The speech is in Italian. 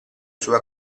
sua